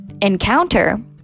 encounter